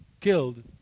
killed